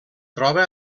troba